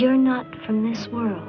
you're not from this world